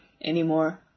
anymore